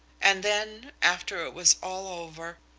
and then, after it was all over,